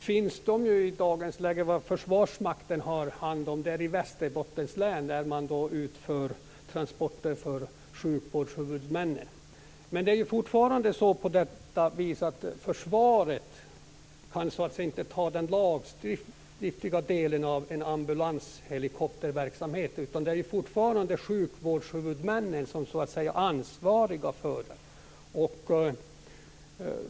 Herr talman! De ambulanshelikoptrar som Försvarsmakten har hand om finns i dagens läge i Västerbottens län där man utför transporter för sjukvårdshuvudmännen. Men det är fortfarande på det viset att försvaret inte kan ta den lagstadgade delen av en ambulanshelikopterverksamhet. Det är fortfarande sjukvårdshuvudmännen som är ansvariga för den.